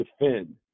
defend